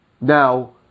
Now